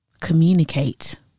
communicate